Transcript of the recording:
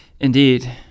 indeed